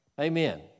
Amen